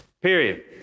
period